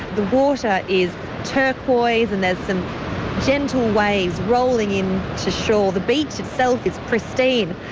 the water is turquoise and there's some gentle waves rolling in to shore. the beach itself is pristine.